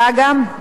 בין היתר.